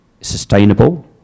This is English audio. sustainable